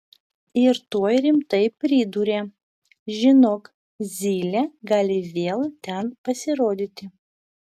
ir tuoj rimtai pridūrė žinok zylė gali vėl ten pasirodyti